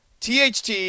THT